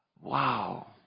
Wow